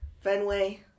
Fenway